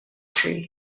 tree